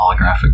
holographic